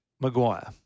Maguire